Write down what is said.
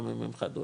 גם הם חד-הורי,